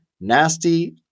nasty